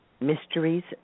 Mysteries